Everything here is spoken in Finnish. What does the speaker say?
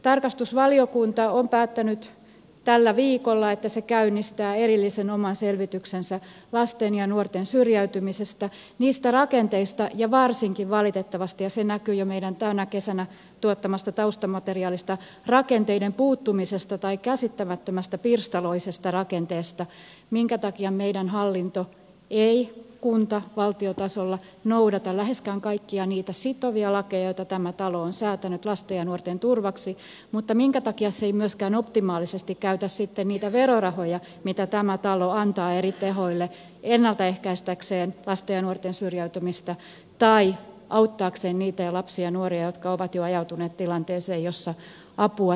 tarkastusvaliokunta on päättänyt tällä viikolla että se käynnistää erillisen oman selvityksensä lasten ja nuorten syrjäytymisestä niistä rakenteista ja varsinkin valitettavasti ja se näkyy jo meidän tänä kesänä tuottamastamme taustamateriaalistamme rakenteiden puuttumisesta tai käsittämättömästä pirstaloisesta rakenteesta minkä takia meidän hallintomme ei kunta valtiotasolla noudata läheskään kaikkia niitä sitovia lakeja joita tämä talo on säätänyt lasten ja nuorten turvaksi mutta minkä takia se ei myöskään optimaalisesti käytä sitten niitä verorahoja mitä tämä talo antaa eri tahoille ennalta ehkäistäkseen lasten ja nuorten syrjäytymistä tai auttaakseen niitä lapsia ja nuoria jotka ovat jo ajautuneet tilanteeseen jossa apua tarvitaan